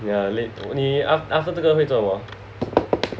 yeah la~ only after 这个你会做什么